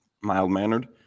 mild-mannered